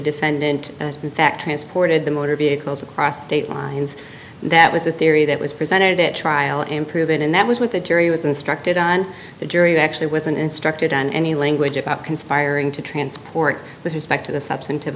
defendant in fact transported the motor vehicles across state lines that was a theory that was presented at trial and proven and that was what the jury was instructed on the jury actually wasn't instructed on any language of conspiring to transport with respect to the substantive